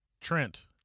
Trent